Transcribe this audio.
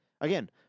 Again